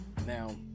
Now